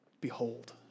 Behold